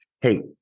Hey